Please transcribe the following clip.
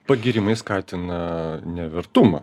pagyrimai skatina nevertumą